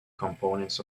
components